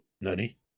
Nani